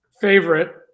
favorite